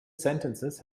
sentences